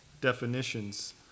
definitions